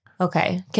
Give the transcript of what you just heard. Okay